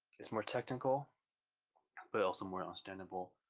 it's more technical but also more understandable.